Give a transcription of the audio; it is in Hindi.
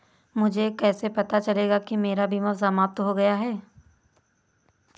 मुझे कैसे पता चलेगा कि मेरा बीमा समाप्त हो गया है?